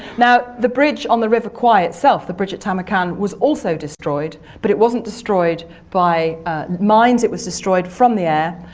now the bridge on the river kwai itself, the bridge at tamarkan, was also destroyed, but it wasn't destroyed by mines, it was destroyed from the air,